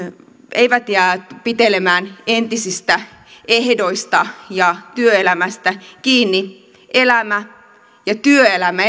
eivät jää pitelemään entisistä ehdoista ja työelämästä kiinni elämä ja työelämä